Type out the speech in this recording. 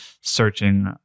searching